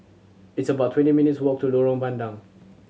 it's about twenty minutes' walk to Lorong Bandang